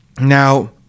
now